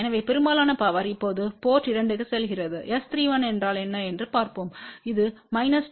எனவே பெரும்பாலான பவர் இப்போது போர்ட் 2 க்கு செல்கிறது S31என்றால் என்ன என்று பார்ப்போம் இதுமைனஸ் 29